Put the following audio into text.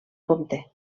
compte